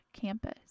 campus